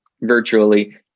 virtually